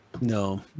No